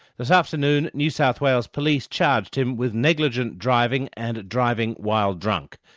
this afternoon new south wales police charged him with negligent driving and driving while drunk.